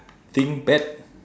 think bad